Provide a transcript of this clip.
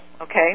okay